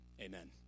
Amen